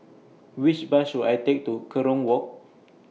Which Bus should I Take to Kerong Walk